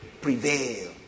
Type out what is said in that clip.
prevail